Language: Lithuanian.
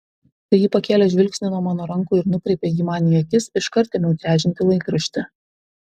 kai ji pakėlė žvilgsnį nuo mano rankų ir nukreipė jį man į akis iškart ėmiau čežinti laikraštį